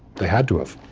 they had to have.